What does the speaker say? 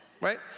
right